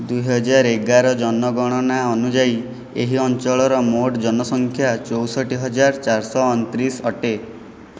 ଦୁଇ ହଜାର ଏଗାର ଜନଗଣନା ଅନୁଯାୟୀ ଏହି ଅଞ୍ଚଳର ମୋଟ ଜନସଂଖ୍ୟା ଚଉଷଠି ହଜାର ଚାରିଶହ ଅଣତିରିଶ ଅଟେ